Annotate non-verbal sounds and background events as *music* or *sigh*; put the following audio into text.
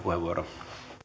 *unintelligible* puheenvuoro